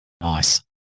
Nice